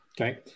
Okay